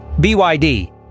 BYD